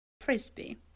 Frisbee